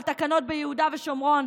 על תקנות ביהודה ושומרון?